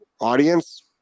audience